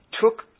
took